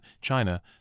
China